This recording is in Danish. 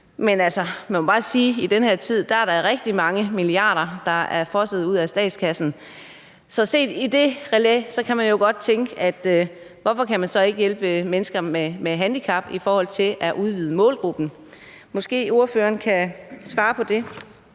sige, at der er rigtig mange milliarder, der er fosset ud af statskassen, så set i det perspektiv kan man i den her sag jo godt tænke: Hvorfor kan man så ikke hjælpe mennesker med handicap ved at udvide målgruppen? Måske ordføreren kan svare på det?